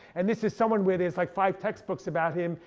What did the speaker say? and this is someone where there's like five text books about him,